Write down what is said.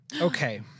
Okay